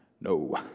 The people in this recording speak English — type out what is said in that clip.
No